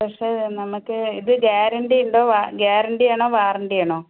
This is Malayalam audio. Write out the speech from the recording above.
പക്ഷെ നമുക്ക് ഗാരൻറ്റിയുണ്ടോ ഗാരൻറ്റിയാണോ വാറൻറ്റിയാണോ